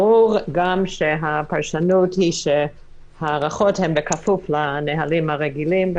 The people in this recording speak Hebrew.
ברור גם שהפרשנות היא שההארכות הן בכפוף לנהלים הרגילים,